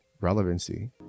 relevancy